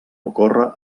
ocórrer